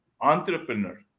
entrepreneur